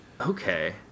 Okay